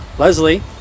Leslie